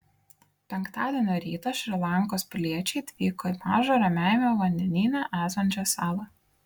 penktadienio rytą šri lankos piliečiai atvyko į mažą ramiajame vandenyne esančią salą